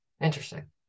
interesting